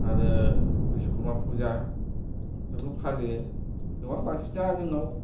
आरो बिस'कर्मा फुजा बेखौ फालियो गोबां बांसिना जोंनाव